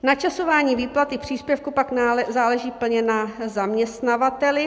Načasování výplaty příspěvku pak záleží plně na zaměstnavateli.